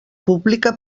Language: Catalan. pública